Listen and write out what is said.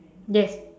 yes